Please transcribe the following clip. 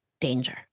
danger